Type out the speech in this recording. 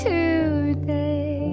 Today